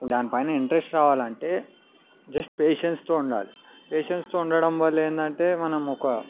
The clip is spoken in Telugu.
దాని పైన ఇంటరెస్టు రావాలి అంటే జస్ట్ పెషెన్స్తో ఉండాలి పెషెన్స్తో ఉండడం వల్ల ఏంటంటే మనం ఒక